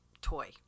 toy